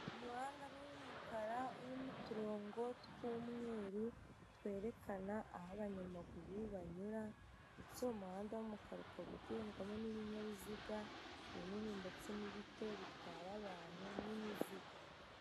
Umuhanda ni uw'umukara urimo uturongo tw'umweru twerekana aho abanyamaguru banyura, ndetse uwo muhanda w'umukara ukaba ugendwamo n'ibinyabiziga ibinini ndetse n'ibito bitwara abantu n'imizigo.